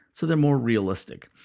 so they're more realistic.